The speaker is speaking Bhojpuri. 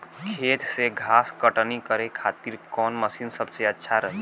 खेत से घास कटनी करे खातिर कौन मशीन सबसे अच्छा रही?